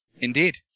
Indeed